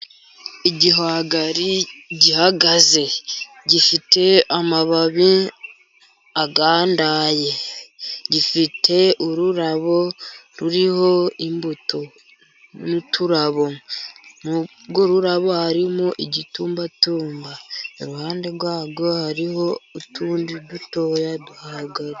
Igihwagari gihagaze gifite amababi agandaye, gifite ururabo ruriho imbuto, n'uturabo muri urwo rurabo harimo igitumba tumba, iruhande rwarwo hariho utundi dutoya duhagaze.